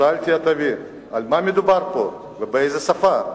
שאלתי את אבי על מה מדובר ובאיזו שפה.